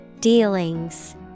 Dealings